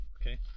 okay